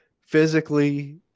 physically